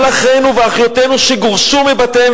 כל אחינו ואחיותינו שגורשו מבתיהם.